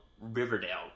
Riverdale